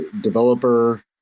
developer